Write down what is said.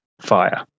fire